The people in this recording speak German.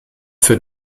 für